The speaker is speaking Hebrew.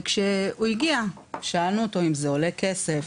כשהוא הגיע, שאלנו אותו אם זה עולה כסף,